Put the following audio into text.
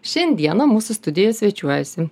šiandieną mūsų studijoj svečiuojasi